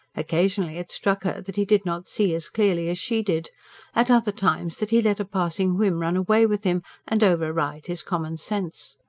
occasionally it struck her that he did not see as clearly as she did at other times, that he let a passing whim run away with him and override his common sense.